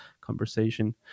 conversation